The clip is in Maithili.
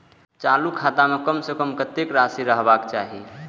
चालु खाता में कम से कम कतेक राशि रहबाक चाही?